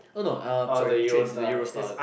no no um sorry trade the Euro style